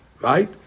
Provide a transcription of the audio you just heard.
right